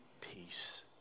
peace